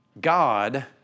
God